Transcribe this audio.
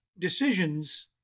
decisions